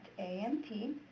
AMT